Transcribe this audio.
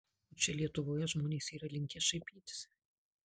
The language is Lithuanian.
o čia lietuvoje žmonės yra linkę šaipytis